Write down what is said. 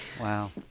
Wow